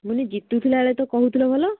ମାନେ ଜିତୁଥିଲା ବେଳେ ତ କହୁଥିଲ ଭଲ